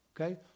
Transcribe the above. Okay